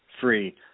free